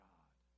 God